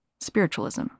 spiritualism